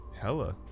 Hella